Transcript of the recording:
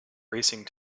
racing